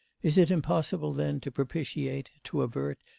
is it impossible, then, to propitiate, to avert,